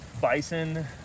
bison